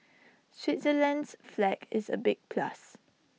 Switzerland's flag is A big plus